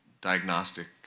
diagnostic